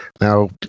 Now